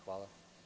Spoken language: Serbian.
Hvala.